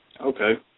Okay